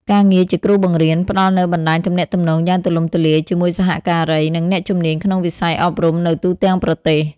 ការងារជាគ្រូបង្រៀនផ្តល់នូវបណ្តាញទំនាក់ទំនងយ៉ាងទូលំទូលាយជាមួយសហការី និងអ្នកជំនាញក្នុងវិស័យអប់រំនៅទូទាំងប្រទេស។